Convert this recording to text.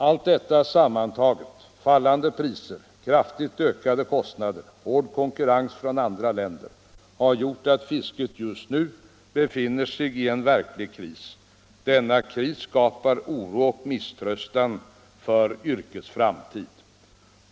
Allt detta sammantaget — fallande priser, kraftigt ökade kostnader, hård konkurrens från andra länder — har gjort att fisket just nu befinner sig i en verklig kris. Denna kris skapar oro och misströstan för yrkets framtid.